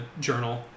journal